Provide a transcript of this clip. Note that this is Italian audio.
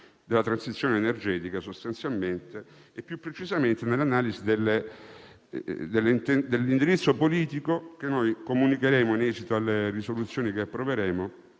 della transizione energetica, e più precisamente l'analisi dell'indirizzo politico che noi comunicheremo attraverso le risoluzioni che approveremo